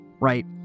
right